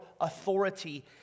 authority